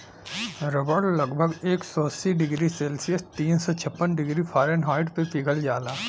रबड़ लगभग एक सौ अस्सी डिग्री सेल्सियस तीन सौ छप्पन डिग्री फारेनहाइट पे पिघल जाला